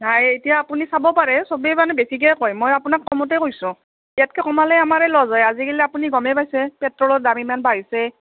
নাই এতিয়া আপুনি চাব পাৰে চবেই মানে বেছিকৈ কয় মই আপোনাক কমতেই কৈছোঁ ইয়াতকৈ কমালে আমাৰেই লছ হয় আজিকালি আপুনি গমেই পাইছে পেট্ৰলৰ দাম ইমান বাঢ়িছে